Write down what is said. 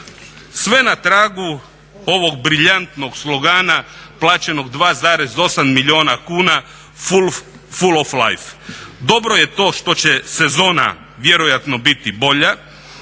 Sve na tragu ovog briljantnog slogana plaćenog 2,8 milijuna kuna "Full of life". Dobro je to što će sezona vjerojatno biti bolja,